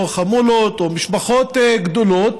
או חמולות, או משפחות גדולות,